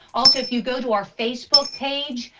also if you go to our facebook page,